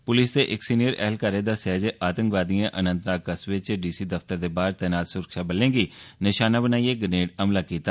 पुलसा दे इक सीनियर ऐह्लकारै दस्सेआ ऐ जे आतंकवादिए अनंतनाग कस्बे च डीसी दफ्तर दे बाहर तैनात सुरक्षाबलें गी निशाना बनाइयै ग्रनेड हमला कीता